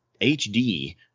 HD